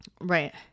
Right